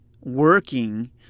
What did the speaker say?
working